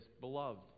Beloved